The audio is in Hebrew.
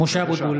(קורא בשמות